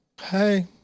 hey